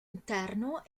interno